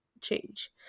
change